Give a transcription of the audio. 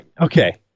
Okay